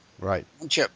Right